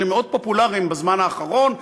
שהם מאוד פופולריים בזמן האחרון,